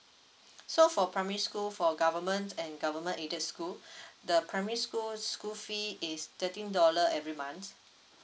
so for primary school for government and government aided school the primary school school fee is thirteen dollar every month